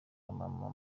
amama